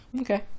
Okay